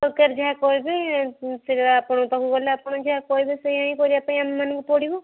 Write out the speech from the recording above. ସରକାର ଯାହା କହିବେ ସିଏ ଆପଣଙ୍କ ପାଖକୁ ଗଲେ ଆପଣ ଯାହା କହିବେ ସେୟାହିଁ କରିବାପାଇଁ ଆମମାନଙ୍କୁ ପଡ଼ିବ